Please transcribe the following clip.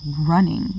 running